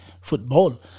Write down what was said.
football